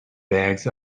bags